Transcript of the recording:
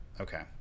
Okay